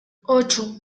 ocho